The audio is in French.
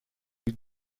vous